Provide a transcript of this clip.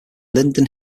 linden